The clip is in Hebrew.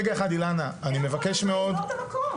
רגע אחד אילנה --- אנחנו לא רוצים לסגור את המקום.